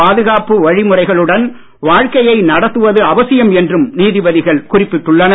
பாதுகாப்பு வழிமுறைகளுடன் வாழ்க்கையை நடத்துவது அவசியம் என்றும் நீதிபதிகள் குறிப்பிட்டுள்ளனர்